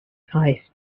ice